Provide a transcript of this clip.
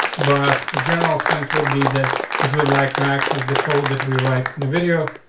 but the general sense would be that if we'd like to access the cold that we write in the video,